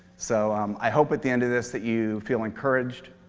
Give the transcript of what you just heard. so um i hope at the end of this that you feel encouraged.